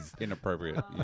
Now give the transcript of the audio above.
Inappropriate